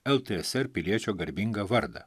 ltsr piliečio garbingą vardą